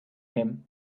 him